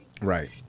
Right